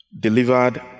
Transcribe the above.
delivered